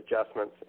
adjustments